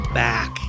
back